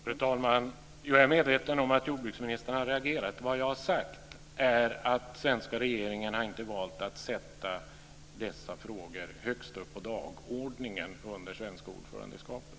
Fru talman! Jag är medveten om att jordbruksministern har reagerat. Vad jag har sagt är att den svenska regeringen inte har valt att sätta dessa frågor högst upp på dagordningen under det svenska ordförandeskapet.